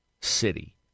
city